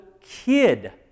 kid